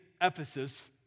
Ephesus